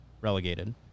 relegated